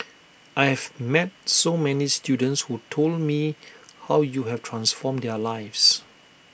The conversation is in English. I have met so many students who told me how you have transformed their lives